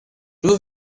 two